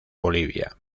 bolivia